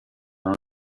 una